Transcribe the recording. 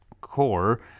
core